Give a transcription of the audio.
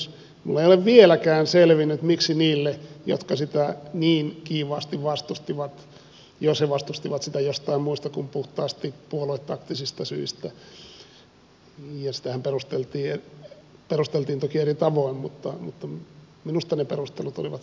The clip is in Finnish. minulle ei ole vieläkään selvinnyt miksi jotkut sitä niin kiivaasti vastustivat jos he vastustivat sitä jostain muusta kuin puhtaasti puoluetaktisista syistä ja sitähän perusteltiin toki eri tavoin mutta minusta ne perustelut olivat kestämättömiä